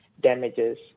damages